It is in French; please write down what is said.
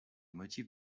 motifs